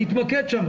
להתמקד שם.